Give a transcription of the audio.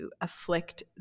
afflict